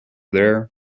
there